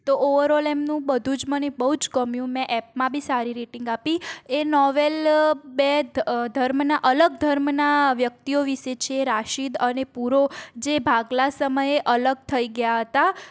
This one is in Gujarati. તો ઓવેરઓલ એમનું બધું જ મને બહુ ગમ્યું મેં એપમાં બી સારી રેટિંગ આપી એ નોવેલ બે ધર્મના અલગ ધર્મના વ્યક્તિઓ વિષે છે રાશિદ અને પુરો જે ભાગલા સમયે અલગ થઈ ગયા હતા